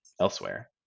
elsewhere